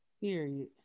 Period